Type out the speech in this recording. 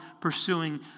pursuing